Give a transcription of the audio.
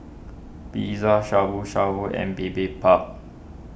Pizza Shabu Shabu and Bibimbap